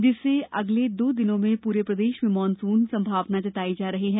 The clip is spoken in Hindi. जिससे अगले दो दिनों में पूरे प्रदेश में मानसून संभावना जताई गई है